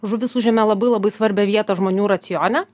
žuvis užėmė labai labai svarbią vietą žmonių racione